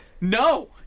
No